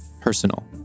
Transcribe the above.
personal